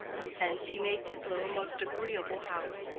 hence he made diplow a most agreeable house,